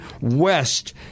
West